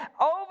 over